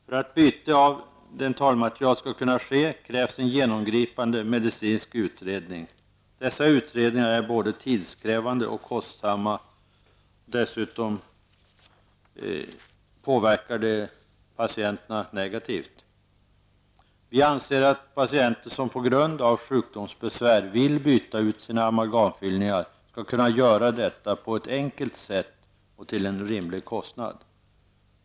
För att byte av dentalmaterial skall kunna ske krävs en genomgripande medicinsk utredning. Dessa utredningar är både tidskrävande och kostsamma. Dessutom påverkar de patienterna negativt. Vi anser att paitenter som på grund av sjukdomsbesvär vill byta ut sina amalgamfyllningar skall kunna göra detta på ett enkelt sätt och till en rimlig kostnad.